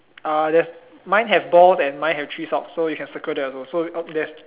ah there's mine have balls and mine has three socks so we can circle that also so oh there's